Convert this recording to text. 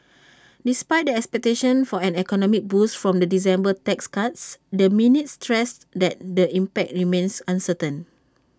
despite the expectations for an economic boost from the December tax cuts the minutes stressed that the impact remains uncertain